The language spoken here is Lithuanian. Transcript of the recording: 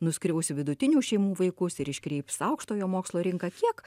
nuskriausiu vidutinių šeimų vaikus ir iškreips aukštojo mokslo rinką kiek